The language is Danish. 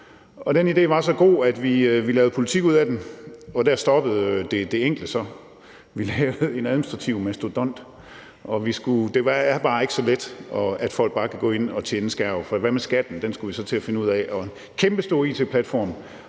Den idé var så god, at vi lavede politik ud af den. Der stoppede det enkle så; vi lavede en administrativ mastodont, og det er bare ikke så let at gøre sådan, at folk bare kan gå ind og tjene en skærv, for hvad med skatten? Den skulle vi så til at finde ud af, og der skulle være